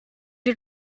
est